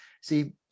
see